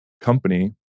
company